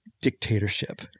dictatorship